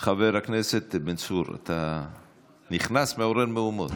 חבר הכנסת בן צור, אתה נכנס, מעורר מהומות.